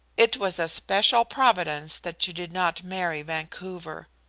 it was a special providence that you did not marry vancouver.